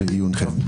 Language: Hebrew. לעיונכם.